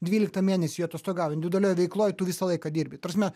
dvyliktą mėnesį atostogauji individualioj veikloj tu visą laiką dirbi ta prasme